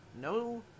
no